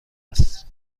است